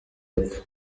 y’epfo